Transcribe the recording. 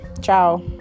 Ciao